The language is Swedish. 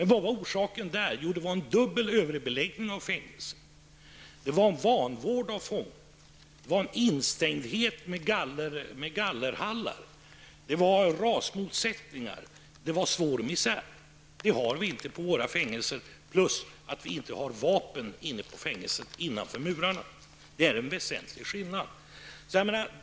Men där var orsaken en dubbel överbeläggning på fängelset, vanvård av fångar och en instängdhet med gallerhallar. Det förekom rasmotsättningar, och det var en svår misär. Något sådant har vi inte på våra fängelser, och dessutom har vi inte vapen inne i våra fängelser. Det är en väsentlig skillnad.